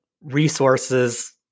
resources